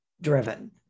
driven